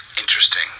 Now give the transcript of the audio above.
interesting